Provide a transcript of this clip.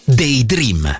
daydream